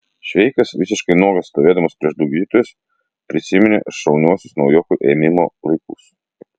šveikas visiškai nuogas stovėdamas prieš du gydytojus prisiminė šauniuosius naujokų ėmimo laikus